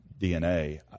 DNA